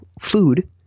food